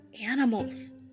animals